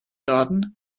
garden